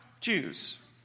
Jews